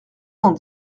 cent